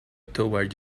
toward